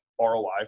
ROI